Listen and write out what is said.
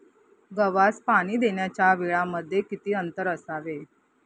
गव्हास पाणी देण्याच्या वेळांमध्ये किती अंतर असावे?